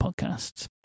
podcasts